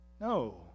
No